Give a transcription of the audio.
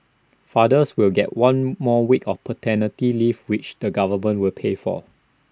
fathers will get one more week of paternity leave which the government will pay for